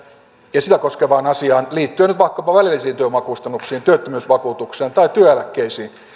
ja sitä koskevaan asiaan liittyen nyt vaikkapa välillisiin työvoimakustannuksiin työttömyysvakuutukseen tai työeläkkeisiin